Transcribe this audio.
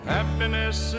Happiness